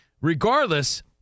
Regardless